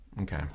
okay